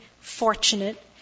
fortunate